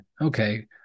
okay